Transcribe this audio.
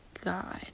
god